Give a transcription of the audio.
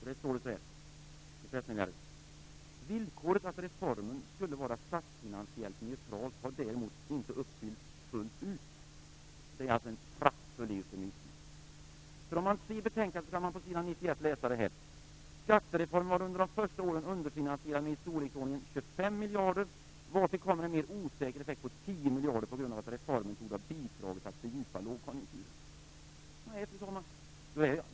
Det står så här: Villkoret att reformen skulle vara statsfinansiellt neutral har däremot inte uppfyllts fullt ut. Det är en praktfull eufemism. På s. 91 i betänkandet kan man läsa följande: Skattereformen var under de första åren underfinansierad med i storleksordningen 25 miljarder, vartill kommer en mer osäker effekt på 10 miljarder på grund av att reformen torde ha bidragit till att fördjupa lågkonjunkturen. Fru talman!